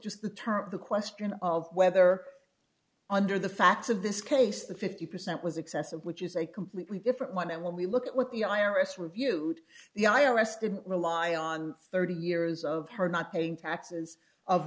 just the term the question of whether under the facts of this case the fifty percent was excessive which is a completely different one and when we look at what the iris reviewed the i r s didn't rely on thirty years of her not paying taxes of